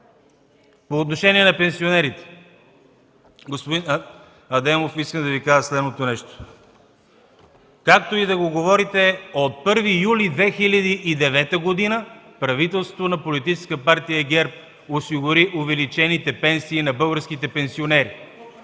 По отношение на пенсионерите. Господин Адемов, искам да Ви кажа следното. Както и да го говорите, от 1 юли 2009 г. правителството на Политическа партия ГЕРБ осигури увеличените пенсии на българските пенсионери.